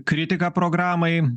kritiką programai